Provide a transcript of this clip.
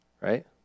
right